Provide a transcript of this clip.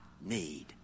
need